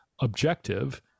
objective